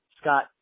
scott